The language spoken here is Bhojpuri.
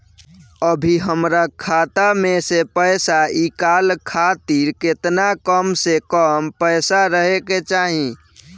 अभीहमरा खाता मे से पैसा इ कॉल खातिर केतना कम से कम पैसा रहे के चाही?